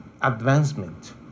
advancement